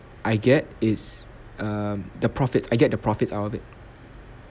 I get is err the profit I get the profits out of it